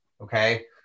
okay